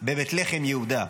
בבית לחם יהודה.